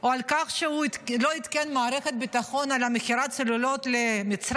או על כך שהוא לא עדכן את מערכת הביטחון על מכירת צוללות למצרים,